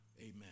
Amen